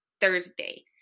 Thursday